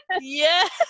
Yes